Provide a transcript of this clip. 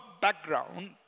background